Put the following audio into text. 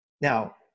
Now